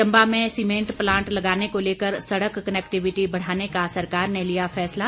चम्बा में cement plant लगाने को लेकर सड़क कनेक्टिविटी बढ़ाने का सरकार ने लिया फैसला